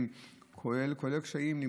עם קשיים כאלה ואחרים,